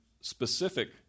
specific